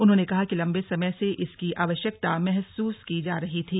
उन्होंने कहा कि लम्बे समय से इसकी आवश्यकता महसूस की जा रही थी